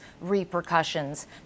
repercussions